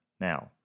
Now